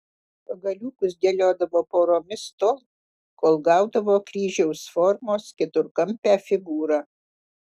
pagaliukus dėliodavo poromis tol kol gaudavo kryžiaus formos keturkampę figūrą